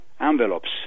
envelopes